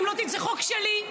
זה חוק שלי.